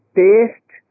taste